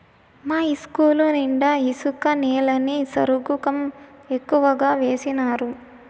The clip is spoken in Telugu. మా ఇస్కూలు నిండా ఇసుక నేలని సరుగుకం ఎక్కువగా వేసినారు